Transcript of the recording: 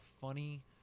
funny